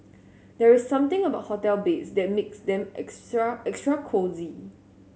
there's something about hotel beds that makes them extra extra cosy